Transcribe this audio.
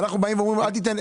אנחנו באים ואומרים אל תיתן,